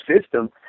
system